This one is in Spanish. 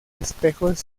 espejos